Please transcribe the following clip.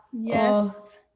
Yes